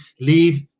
leave